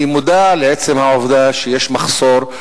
אני מודע לעצם העובדה שיש מחסור,